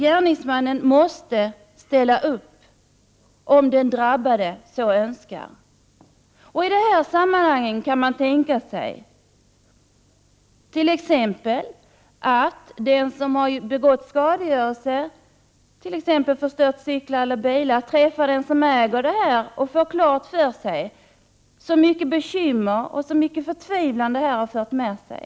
Gärningsmannen måste alltså ställa upp om den drabbade så önskar. Man kan i det här sammanhanget t.ex. tänka sig att den som begått en skadegörelse, exempelvis förstört bilar eller cyklar, träffar ägaren och får klart för sig hur mycket bekymmer och förtvivlan detta har fört med sig.